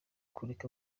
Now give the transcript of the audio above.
kureka